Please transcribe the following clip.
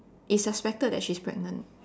it's suspected that she's pregnant